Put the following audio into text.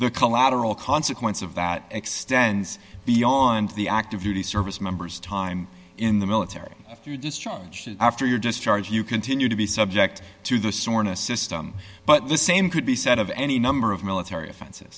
the collateral consequence of that extends beyond the active duty service members time in the military after your discharge you continue to be subject to the soreness system but the same could be said of any number of military offens